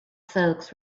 folks